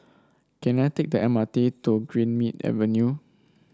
can I take the M R T to Greenmead Avenue